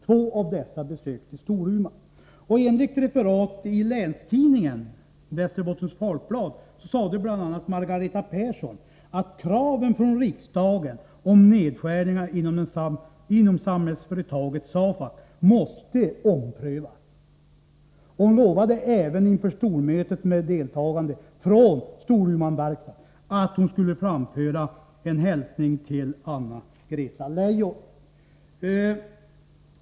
Två av dem besökte Storuman. Enligt ett referat i Västerbottens Folkblad sade Margareta Persson: SAFAC måste omprövas.” Hon lovade även inför stormötet med deltagande från Storumanverkstaden att hon skulle framföra en hälsning till Anna-Greta Leijon.